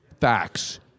facts